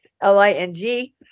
L-I-N-G